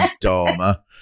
Dharma